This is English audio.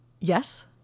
Yes